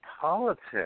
politics